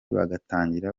bagatangira